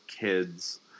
kids